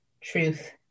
truth